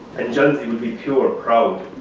and johnsey would be pure proud.